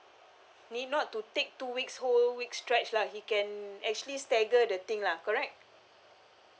need not to take two weeks whole week stretch lah he can actually stagger the thing lah correct